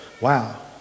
Wow